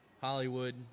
Hollywood